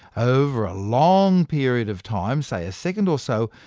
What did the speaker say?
over a long period of time, say a second or so,